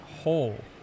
whole